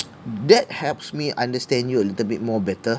that helps me understand you a little bit more better